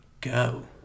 go